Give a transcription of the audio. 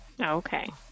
Okay